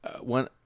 one